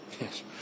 Yes